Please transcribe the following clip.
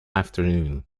afternoon